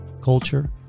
culture